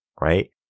right